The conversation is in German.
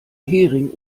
hering